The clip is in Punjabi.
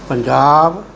ਪੰਜਾਬ